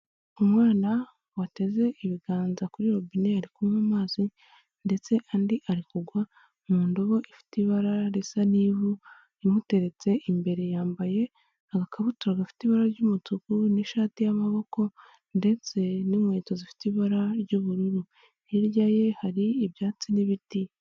Umwana wateze ibiganza kuri robine ari kunywa amazi ndetse andi arikugwa mu ndobo ifite ibara risa n'ivu imuteretse imbere ,yambaye agakabutura gafite ibara ry'umutuku n'ishati y'amaboko ndetse n'inkweto zifite ibara ry'ubururu hirya ye hari ibyatsi n'ibiti.